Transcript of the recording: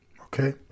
okay